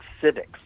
civics